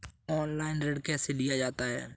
Online ऋण कैसे लिया जाता है?